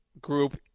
group